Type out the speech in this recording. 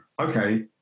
okay